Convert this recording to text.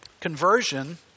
conversion